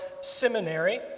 Seminary